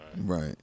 Right